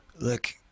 look